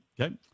Okay